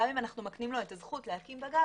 גם אם אנחנו מקנים לו את הזכות להתקין בגג,